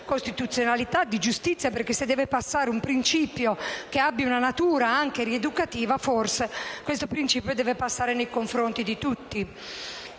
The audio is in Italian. costituzionalità e di giustizia, atteso che se deve passare il principio che abbia una natura rieducativa, forse tale principio deve passare nei confronti di tutti.